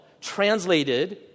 translated